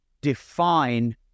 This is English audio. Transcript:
define